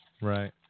Right